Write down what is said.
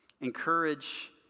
encourage